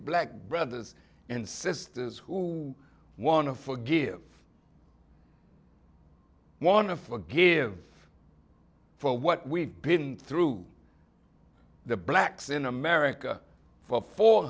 black brothers and sisters who want to forgive want to forgive for what we've been through the blacks in america for four